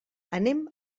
anem